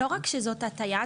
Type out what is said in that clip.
לא רק שזו הטעייה,